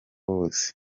wose